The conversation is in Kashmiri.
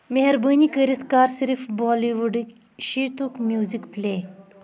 مہربٲنی کٔرِتھ کر صِرف بالی وُڈٕکۍ شیٖتُک میوٗزِک پلے